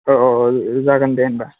औ औ जागोन दे होनबा